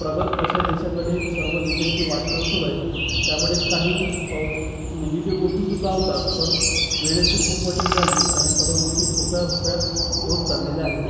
प्रगत अशा देशाकडे सर्व देशांची वाटचाल सुरू आहे त्यामुळे काही निगेटिव गोष्टी सुद्धा होतात पण वेळेची खूप बचत झाली आणि सर्व गोष्टी सोप्या सोप्या होत चाललेल्या आहे